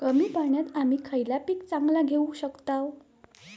कमी पाण्यात आम्ही खयला पीक चांगला घेव शकताव?